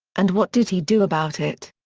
and what did he do about it?